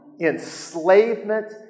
Enslavement